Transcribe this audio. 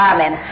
Amen